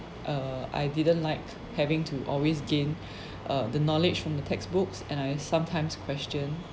uh I didn't like having to always gain uh the knowledge from the textbooks and I sometimes question